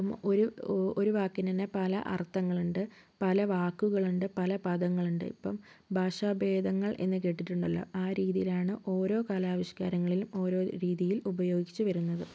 ഇപ്പം ഒരു ഒരു വാക്കിന് തന്നെ പല അർത്ഥങ്ങളുണ്ട് പല വാക്കുകളുണ്ട് പല പദങ്ങളുണ്ട് ഇപ്പം ഭാഷാ ഭേദങ്ങൾ എന്ന് കേട്ടിട്ടുണ്ടല്ലോ ആ രീതിയിലാണ് ഓരോ കലാവിഷ്ക്കാരങ്ങളിൽ ഓരോ രീതിയിൽ ഉപയോഗിച്ച് വരുന്നത്